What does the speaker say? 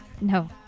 No